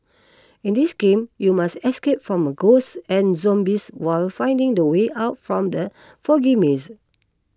in this game you must escape from ghosts and zombies while finding the way out from the foggy maze